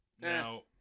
Now